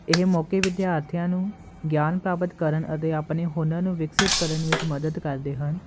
ਇਹ ਮੌਕੇ ਵਿਦਿਆਰਥੀਆਂ ਨੂੰ ਗਿਆਨ ਪ੍ਰਾਪਤ ਕਰਨ ਅਤੇ ਆਪਣੇ ਹੁਨਰ ਨੂੰ ਵਿਕਸਿਤ ਕਰਨ ਵਿੱਚ ਮਦਦ ਕਰਦੇ ਹਨ